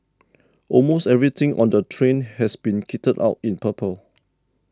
almost everything on the train has been kitted out in purple